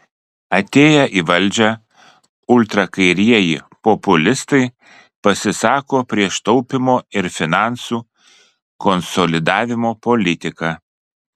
atėję į valdžią ultrakairieji populistai pasisako prieš taupymo ir finansų konsolidavimo politiką